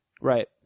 Right